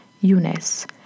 Eunice